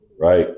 Right